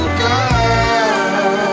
girl